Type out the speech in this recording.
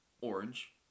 orange